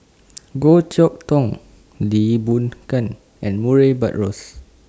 Goh Chok Tong Lee Boon Ngan and Murray Buttrose